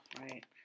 right